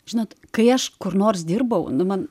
žinot kai aš kur nors dirbau nu man